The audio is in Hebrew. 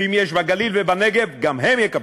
ואם יש בגליל ובנגב, גם הם יקבלו.